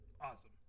awesome